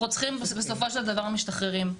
רוצחים בסופו של דבר משתחררים.